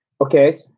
Okay